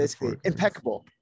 Impeccable